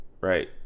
right